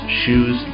shoes